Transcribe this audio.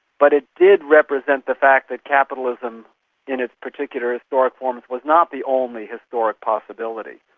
but it did represent the fact that capitalism in its particular historic forms was not the only historic possibility.